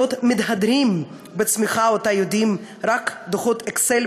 בעוד מתהדרים בצמיחה שאותה יודעים רק דוחות ה"אקסל"